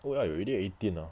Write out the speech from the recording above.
oh ya you already eighteen ah